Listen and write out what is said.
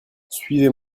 suivez